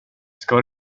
ska